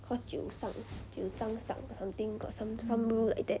call 九上九张上 or something got some some rule like that